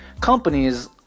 companies